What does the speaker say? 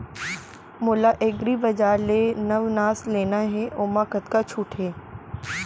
मोला एग्रीबजार ले नवनास लेना हे ओमा कतका छूट हे?